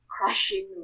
crushing